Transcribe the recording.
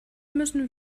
müssen